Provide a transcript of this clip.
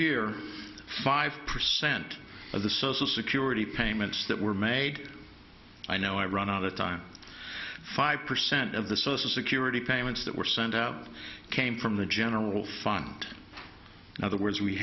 year five percent of the social security payments that were made i know i run on the time five percent of the social security payments that were sent out came from the general fund in other words we